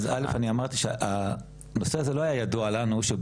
אז דבר ראשון אני אמרתי שהנושא הזה לא היה ידוע לנו שבוטל